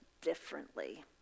differently